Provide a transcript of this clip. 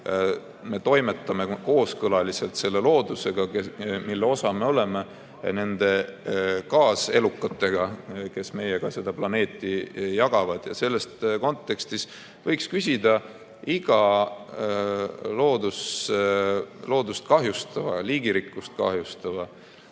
me toimetame kooskõlas loodusega, mille osa me oleme, ja nende kaaselukatega, kes meiega seda planeeti jagavad. Ja selles kontekstis võiks küsida iga loodust ja liigirikkust kahjustava